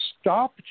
stop